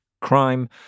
crime